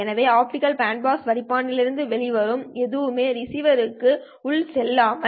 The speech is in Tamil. எனவே ஆப்டிகல் பேண்ட் பாஸ் வடிப்பான்லிருந்து வெளிவரும் எதுவுமே ரிசீவர்க்கு உள் செல்லலாம்